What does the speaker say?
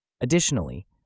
Additionally